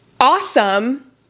Awesome